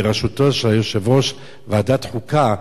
בראשותו של יושב-ראש ועדת חוקה,